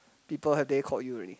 people have they call you already